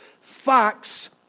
facts